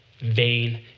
vain